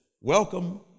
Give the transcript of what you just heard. welcome